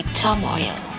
turmoil